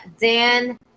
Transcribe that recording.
Dan